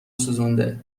سوزونده